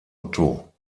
otto